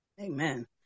amen